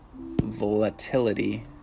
volatility